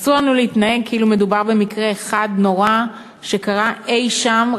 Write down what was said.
אסור לנו להתנהג כאילו מדובר במקרה אחד נורא שקרה אי-שם,